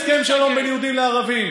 בהסכם שלום בין יהודים לערבים.